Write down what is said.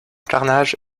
carnage